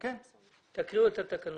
תקריאו את התקנות.